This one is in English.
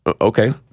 Okay